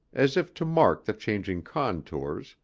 as if to mark the changing contours,